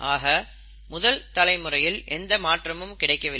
ஆக முதல் தலைமுறையில் எந்த மாற்றமும் கிடைக்கவில்லை